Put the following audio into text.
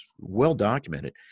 well-documented